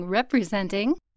Representing